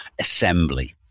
assembly